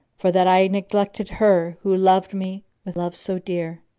for that i neglected her who loved me with love so dear.